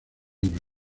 libros